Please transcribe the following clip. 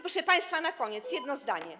Proszę państwa, na koniec jedno zdanie.